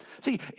See